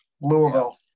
Louisville